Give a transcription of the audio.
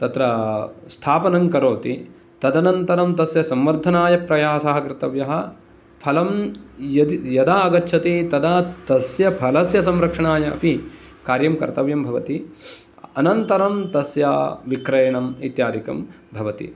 तत्र स्थापनङ्करोति तदन्तरं तस्य संवर्धनाय प्रयासः कर्त्तव्यः फलं यदि यदा आगच्छति तदा तस्य फलस्य संरक्षणाय अपि कार्यं कर्तव्यं भवति अनन्तरं तस्य विक्रयणम् इत्यादिकं भवति